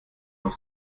noch